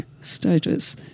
status